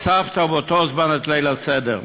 בצוותא ובאותו הזמן את ליל הסדר,